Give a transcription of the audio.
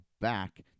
back